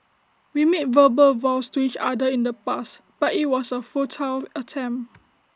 we made verbal vows to each other in the past but IT was A futile attempt